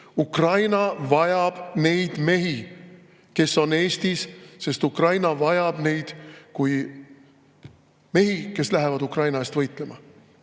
Ukraina vajab neid mehi, kes on Eestis. Ukraina vajab neid kui mehi, kes lähevad Ukraina eest võitlema.